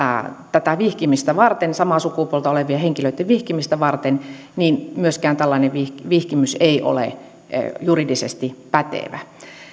tätä samaa sukupuolta olevien henkilöitten vihkimistä varten niin myöskään tällainen vihkimys ei ole juridisesti pätevä